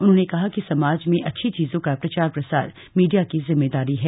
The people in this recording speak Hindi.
उन्होंने कहा कि समाज में अच्छी चीजों का प्रचार प्रसार मीडिया की जिम्मेदारी है